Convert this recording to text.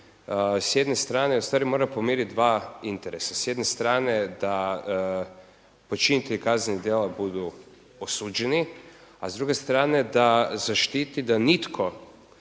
s jedne strane ustvari mora pomiriti dva interesa. S jedne strane da počinitelji kaznenih djela budu osuđeni a s druge strane da zaštiti da nitko